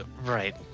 Right